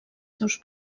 seus